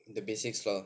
the basics for